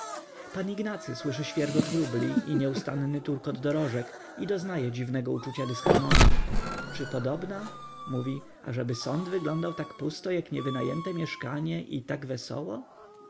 pan ignacy słyszy świegot wróbli i nieustanny turkot dorożek i doznaje dziwnego uczucia dysharmonii czy podobna mówi ażeby sąd wyglądał tak pusto jak niewynajęte mieszkanie i tak wesoło